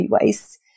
waste